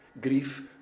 grief